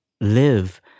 live